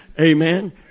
Amen